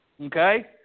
Okay